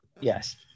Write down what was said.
Yes